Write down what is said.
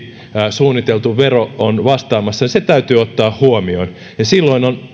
suunniteltu vero on vastaamassa täytyy ottaa huomioon ja silloin on